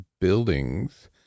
buildings